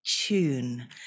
Tune